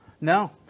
no